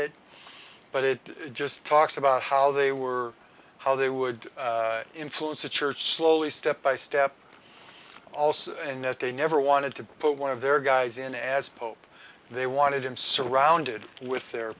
it but it just talks about how they were how they would influence the church slowly step by step also in that they never wanted to put one of their guys in as pope they wanted him surrounded with the